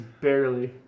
barely